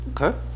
Okay